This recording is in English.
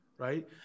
right